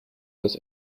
dass